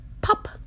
Pop